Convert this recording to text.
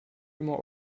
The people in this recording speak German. immer